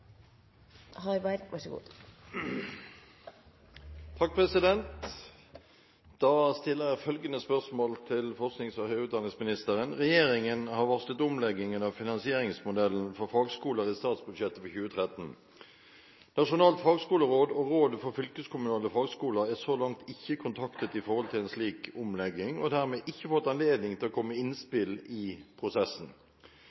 utdanningsministeren: «Regjeringen har varslet omlegging av finansieringsmodellen for fagskoler i statsbudsjettet for 2013. Nasjonalt fagskoleråd og Rådet for fylkeskommunale fagskoler er så langt ikke kontaktet i forhold til en slik omlegging, og har dermed ikke fått anledning til å komme